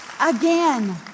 again